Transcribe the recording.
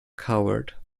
coward